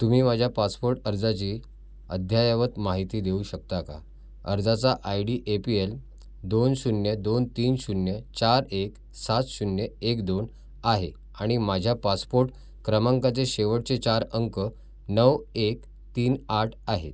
तुम्ही माझ्या पासपोर्ट अर्जाची अद्ययावत माहिती देऊ शकता का अर्जाचा I D A P L दोन शून्य दोन तीन शून्य चार एक सात शून्य एक दोन आहे आणि माझ्या पासपोर्ट क्रमांकाचे शेवटचे चार अंक नऊ एक तीन आठ आहेत